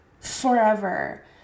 forever